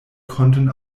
konnten